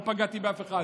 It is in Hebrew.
לא פגעתי באף אחד,